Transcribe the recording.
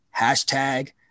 Hashtag